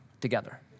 together